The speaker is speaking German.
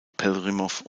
pelhřimov